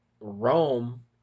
Rome